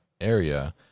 area